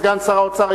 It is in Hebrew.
סגן שר האוצר,